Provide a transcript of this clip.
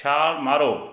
ਛਾਲ ਮਾਰੋ